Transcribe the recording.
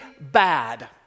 bad